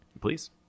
Please